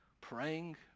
praying